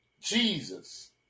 Jesus